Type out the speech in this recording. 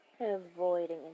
avoiding